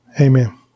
amen